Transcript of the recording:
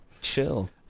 Chill